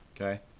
Okay